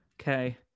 Okay